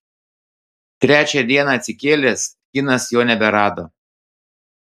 trečią dieną atsikėlęs kinas jo neberado